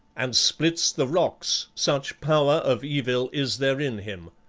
and splits the rocks, such power of evil is there in him.